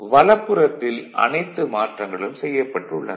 வலப்புறத்தில் அனைத்து மாற்றங்களும் செய்யப்பட்டு உள்ளன